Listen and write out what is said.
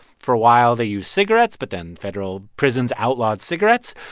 for a while, they used cigarettes, but then federal prisons outlawed cigarettes.